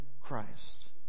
Christ